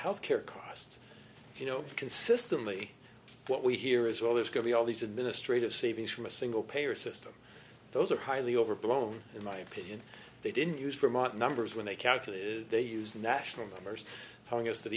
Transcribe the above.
health care costs you know consistently what we hear is well there's going to be all these administrative savings from a single payer system those are highly overblown in my opinion they didn't use from our numbers when they calculated they use national numbers telling us that